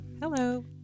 Hello